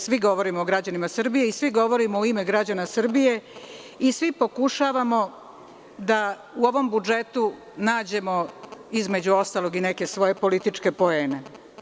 Svi govorimo o građanima Srbije i svi govorimo u ime građana Srbije, i svi pokušavamo da u ovom budžetu nađemo između ostalog i neke svoje političke poene.